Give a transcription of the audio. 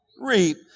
Reap